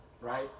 right